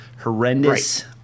horrendous